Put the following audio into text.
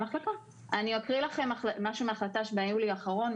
אני אקריא לכם משהו מהחלטה של יולי האחרון,